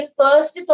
first